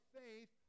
faith